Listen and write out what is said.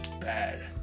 bad